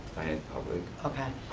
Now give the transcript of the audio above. public. okay,